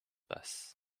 pass